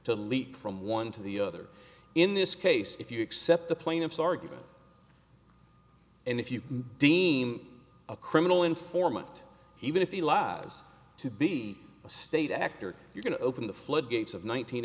leap from one to the other in this case if you accept the plaintiff's argument and if you deem a criminal informant even if he lives to be a state actor you're going to open the floodgates of